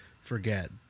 forget